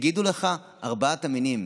והן יגידו לך: ארבעת המינים.